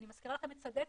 אני מזכירה לכם את סדצקי.